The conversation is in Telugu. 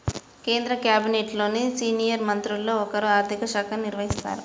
కేంద్ర క్యాబినెట్లోని సీనియర్ మంత్రుల్లో ఒకరు ఆర్ధిక శాఖను నిర్వహిస్తారు